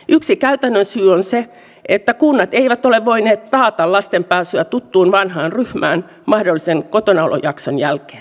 yksi käytännön syy on se että kunnat eivät ole voineet taata lasten pääsyä tuttuun vanhaan ryhmään mahdollisen kotonaolojakson jälkeen